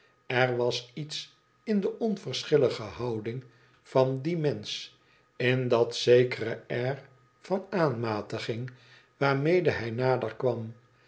er was iets in de onverschillige houding van dien mensch in dat zekere sdr van aanmatiging waarmede hij nader kwam